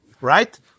Right